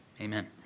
amen